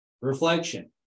Reflection